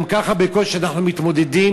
גם ככה בקושי אנחנו מתמודדים